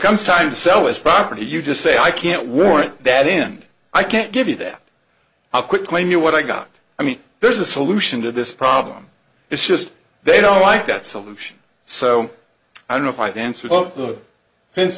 comes time to sell this property you just say i can't warrant that in i can't give you that i'll quit claim you what i got i mean there's a solution to this problem it's just they don't like that solution so i don't know if i